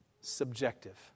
subjective